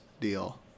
deal